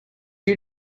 you